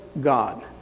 God